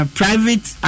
private